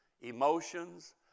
emotions